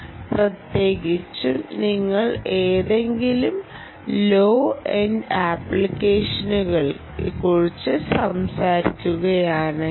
പ്രത്യേകിച്ചും നിങ്ങൾ ഏതെങ്കിലും ലോ എൻഡ് ആപ്ലിക്കേഷനെക്കുറിച്ച് സംസാരിക്കുകയാണെങ്കിൽ